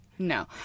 No